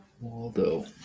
Waldo